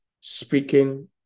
speaking